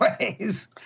ways